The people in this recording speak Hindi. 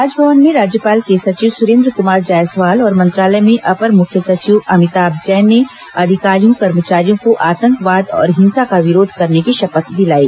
राजभवन में राज्यपाल के सचिव सुरेन्द्र जायसवाल और मंत्रालय में अपर मुख्य सचिव अमिताभ जैन कमार अधिकारियों कर्मचारियों को आतंकवाद और हिंसा का विरोध करने की शपथ दिलाई